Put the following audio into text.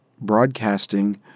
broadcasting